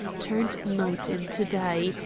turned night into day,